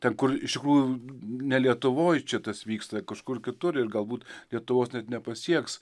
ten kur iš tikrųjų ne lietuvoj čia tas vyksta kažkur kitur ir galbūt lietuvos nepasieks